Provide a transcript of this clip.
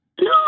No